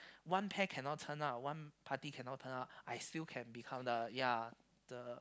one pair can not turn up one party can not turn up I still be count on ya the